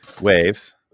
waves